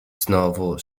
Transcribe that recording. znowu